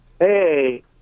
Hey